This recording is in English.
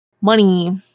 money